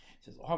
says